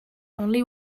only